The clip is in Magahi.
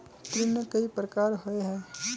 ऋण कई प्रकार होए है?